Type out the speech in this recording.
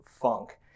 funk